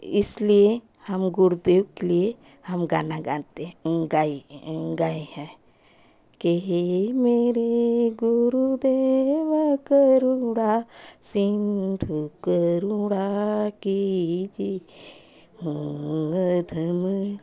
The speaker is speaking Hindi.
इसलिए हम गुरुदेव के लिए हम गाना गाते हैं गाइ गाएँ हैं के हे मेरे गुरुदेव करुणा सिंधु करुणा कीजिए